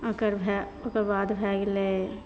ओकर भए ओकर बाद भए गेलै